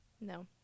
No